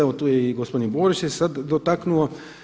Evo tu je i gospodin Borić se sad dotaknuo.